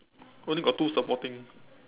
only got two supporting